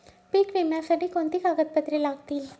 पीक विम्यासाठी कोणती कागदपत्रे लागतील?